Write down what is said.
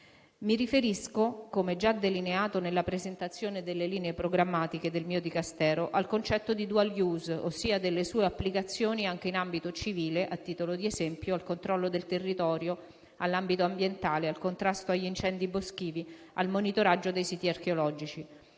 Mi riferisco, come già delineato nella presentazione delle linee programmatiche del mio Dicastero, al concetto di *dual use,* ossia delle sue applicazioni anche in ambito civile a titolo di esempio, al controllo del territorio, all'ambito ambientale, al contrasto agli incendi boschivi, al monitoraggio dei siti archeologici.